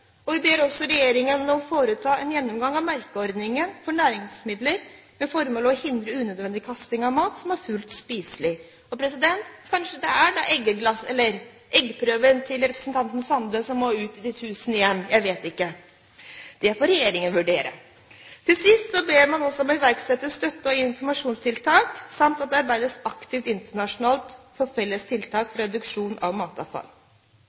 og vi ber også regjeringen å foreta en gjennomgang av merkeordningen for næringsmidler med det formål å hindre unødvendig kasting av mat som er fullt spiselig. Kanskje må eggprøven til representanten Sande ut i de tusen hjem – jeg vet ikke. Det får regjeringen vurdere. Til sist ber man også om at det iverksettes støtte og informasjonstiltak samt at det arbeides aktivt internasjonalt for felles tiltak for reduksjon av matavfall.